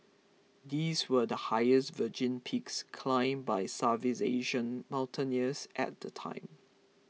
these were the highest virgin peaks climbed by Southeast Asian mountaineers at the time